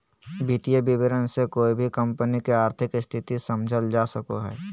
वित्तीय विवरण से कोय भी कम्पनी के आर्थिक स्थिति समझल जा सको हय